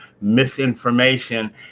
misinformation